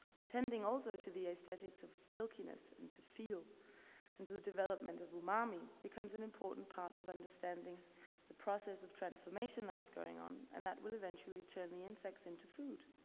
attending also to the aesthetics of silkiness and to feel into the devleopment of umami becomes an important part of understanding the process of transformation that's going on and that will eventually turn the insects into food,